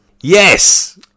Yes